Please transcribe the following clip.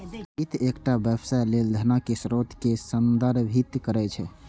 वित्त एकटा व्यवसाय लेल धनक स्रोत कें संदर्भित करै छै